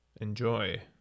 enjoy